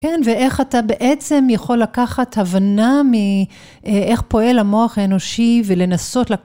כן, ואיך אתה בעצם יכול לקחת הבנה מאיך פועל המוח האנושי ולנסות...